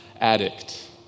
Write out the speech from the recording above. Addict